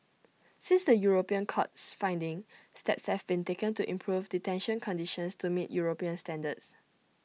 since the european court's findings steps have been taken to improve detention conditions to meet european standards